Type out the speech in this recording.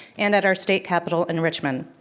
and at our state capitol in richmond.